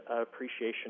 appreciation